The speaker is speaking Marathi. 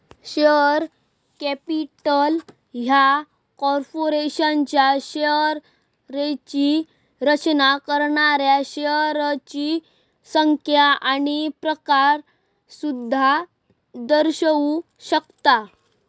शेअर कॅपिटल ह्या कॉर्पोरेशनच्या शेअर्सची रचना करणाऱ्या शेअर्सची संख्या आणि प्रकार सुद्धा दर्शवू शकता